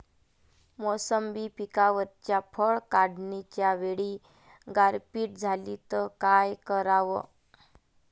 मोसंबी पिकावरच्या फळं काढनीच्या वेळी गारपीट झाली त काय कराव?